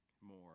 more